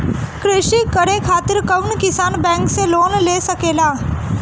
कृषी करे खातिर कउन किसान बैंक से लोन ले सकेला?